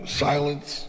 silence